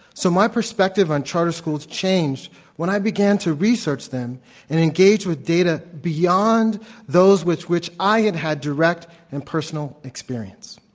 so, my perspective on charter schools changed when i began to research them and engage with data beyond those with which i had had direct and personal experience.